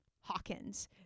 Hawkins